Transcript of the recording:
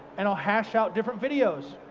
and i'll hash out different videos,